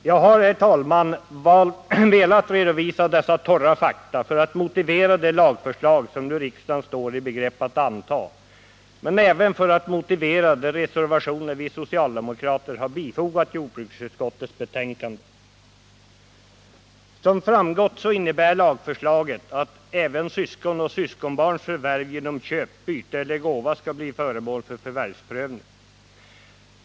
Jag har, herr talman, velat redovisa dessa torra fakta för att motivera det lagförslag som riksdagen nu står i begrepp att anta, men även för att motivera de reservationer som vi socialdemokrater har bifogat jordbruksutskottets betänkande. Som framgått, innebär lagförslaget att även syskon och syskonbarns förvärv genom köp, byte eller gåva skall bli föremål för förvärvsprövning.